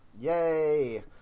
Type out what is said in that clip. Yay